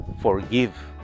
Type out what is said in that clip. Forgive